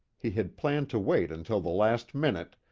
he had planned to wait until the last minute,